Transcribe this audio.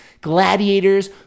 gladiators